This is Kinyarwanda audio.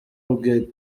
rugege